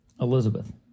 Elizabeth